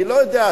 אני לא יודע,